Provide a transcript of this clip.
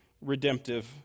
redemptive